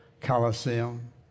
Colosseum